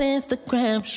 Instagram